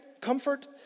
comfort